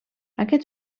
aquest